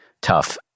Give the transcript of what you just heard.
tough